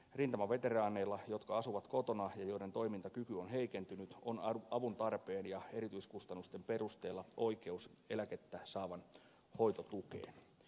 rintamaveteraaneilla jotka asuvat kotona ja joiden toimintakyky on heikentynyt on avun tarpeen ja erityiskustannusten perusteella oikeus eläkettä saavan hoitotukeen